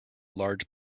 large